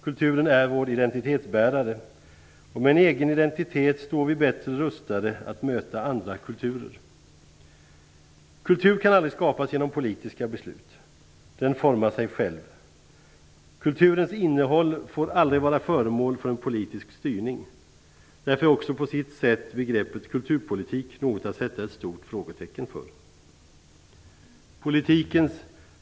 Kulturen är vår identitetsbärare, och med en egen identitet står vi bättre rustade att möta andra kulturer. Kultur kan aldrig skapas genom politiska beslut. Den formar sig själv. Kulturens innehåll får aldrig vara föremål för en politisk styrning. Därför är också på sitt sätt begreppet kulturpolitik något att sätta ett stort frågetecken för.